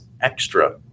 extra